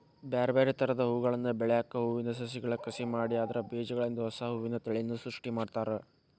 ಬ್ಯಾರ್ಬ್ಯಾರೇ ತರದ ಹೂಗಳನ್ನ ಬೆಳ್ಯಾಕ ಹೂವಿನ ಸಸಿಗಳ ಕಸಿ ಮಾಡಿ ಅದ್ರ ಬೇಜಗಳಿಂದ ಹೊಸಾ ಹೂವಿನ ತಳಿಯನ್ನ ಸೃಷ್ಟಿ ಮಾಡ್ತಾರ